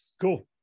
Cool